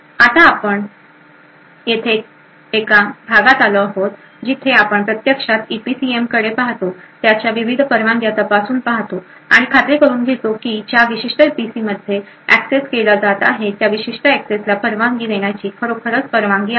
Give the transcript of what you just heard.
आता आपण येथे एक या भागात आलो आहोत जिथे आपण प्रत्यक्षात ईपीसीएमकडे पाहतो त्या विविध परवानग्या तपासून पाहतात आणि खात्री करुन घेते की ज्या विशिष्ट ईपीसीमध्ये एक्सेस केला जात आहे त्या विशिष्ट एक्सेसला परवानगी देण्याची खरोखरच परवानगी आहे